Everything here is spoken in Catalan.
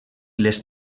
les